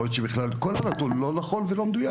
אז יכול להיות שבכלל כל הנתון הזה לא נכון ולא מדויק.